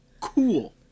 cool